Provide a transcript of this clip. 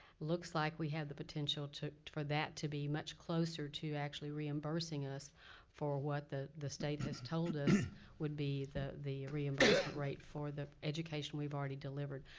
looks like we have the potential for that to be much closer to actually reimbursing us for what the the state has told us would be the the reimbursement rate for the education we've already delivered.